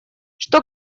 что